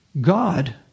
God